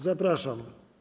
Zapraszam.